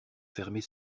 fermer